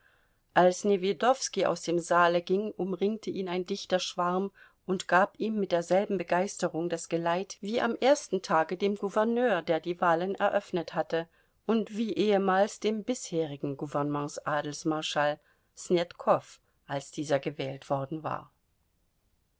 als newjedowski aus dem saale ging umringte ihn ein dichter schwarm und gab ihm mit derselben begeisterung das geleit wie am ersten tage dem gouverneur der die wahlen eröffnet hatte und wie ehemals dem bisherigen gouvernements adelsmarschall snetkow als dieser gewählt worden war